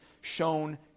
shown